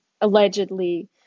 allegedly